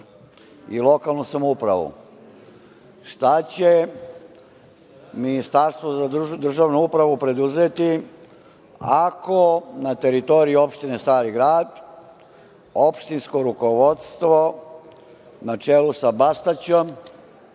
i lokalnu samoupravu. Šta će Ministarstvo za državnu upravu preduzeti, ako na teritoriji opštine Stari grad opštinsko rukovodstvo, na čelu sa Bastaćem,